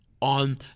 on